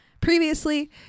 Previously